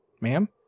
ma'am